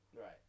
Right